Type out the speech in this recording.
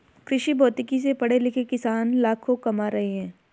कृषिभौतिकी से पढ़े लिखे किसान लाखों कमा रहे हैं